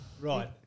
Right